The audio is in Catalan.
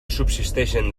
subsisteixen